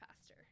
faster